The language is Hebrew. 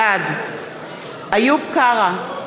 בעד איוב קרא,